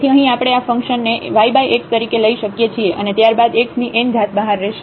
તેથી અહીં આપણે આ ફંક્શન ને yx તરીકે લઇ શકીએ છીએ અને ત્યારબાદ x ની n ઘાત બહાર રહેશે